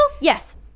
Yes